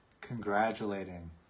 congratulating